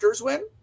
win